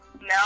No